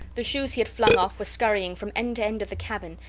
the shoes he had flung off were scurrying from end to end of the cabin,